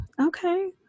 okay